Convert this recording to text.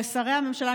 לשרי הממשלה,